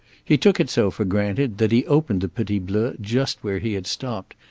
he took it so for granted that he opened the petit bleu just where he had stopped,